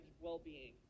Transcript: well-being